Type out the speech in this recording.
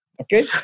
Okay